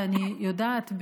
ואני יודעת,